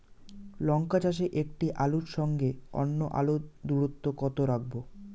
লঙ্কা চাষে একটি আলুর সঙ্গে অন্য আলুর দূরত্ব কত রাখবো?